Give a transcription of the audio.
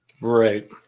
Right